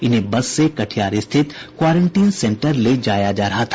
इन्हें बस से कटिहार स्थित क्वारंटीन सेंटर ले जाया रहा था